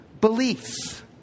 beliefs